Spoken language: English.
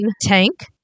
tank